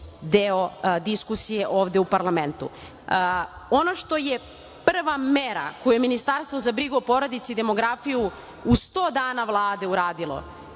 deo diskusije ovde u parlamentu. Ono što je prva mera koju Ministarstvo za brigu o porodici i demografiju u 100 dana Vlade uradilo